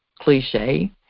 cliche